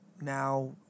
now